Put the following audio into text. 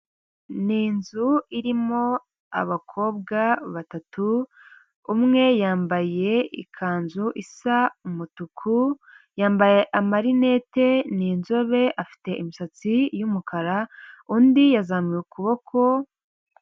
Ni inzu irimo abakobwa batatu, umwe yambaye ikanzu isa umutuku, yambaye amarinete, ni inzobe, afite imisatsi y'umukara, undi yazamuye ukuboko